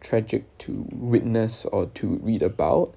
tragic to witness or to read about